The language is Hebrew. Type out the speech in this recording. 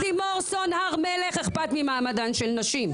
לימון סור הר מלך אכפת ממעמדן של נשים,